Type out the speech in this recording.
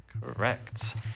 Correct